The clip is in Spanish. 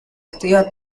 activa